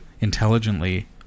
intelligently